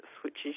switches